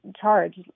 charge